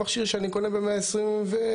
מכשיר שאני קונה ב-125 שקל,